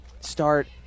start